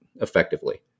effectively